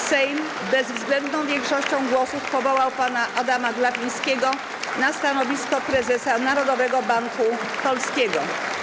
Sejm bezwzględną większością głosów powołał pana Adama Glapińskiego na stanowisko prezesa Narodowego Banku Polskiego.